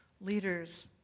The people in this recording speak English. Leaders